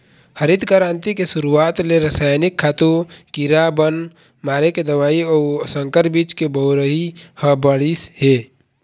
हरित करांति के सुरूवात ले रसइनिक खातू, कीरा बन मारे के दवई अउ संकर बीज के बउरई ह बाढ़िस हे